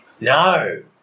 No